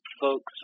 folks